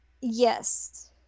Yes